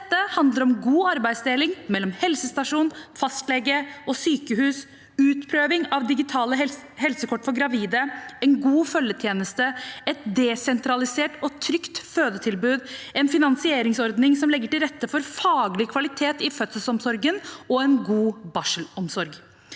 Dette handler om god arbeidsdeling mellom helsestasjon, fastlege og sykehus, utprøving av digitale helsekort for gravide, en god følgetjeneste, et desentralisert og trygt fødetilbud, en finansieringsordning som legger til rette for faglig kvalitet i fødselsomsorgen, og en god barselomsorg.